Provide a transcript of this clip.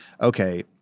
okay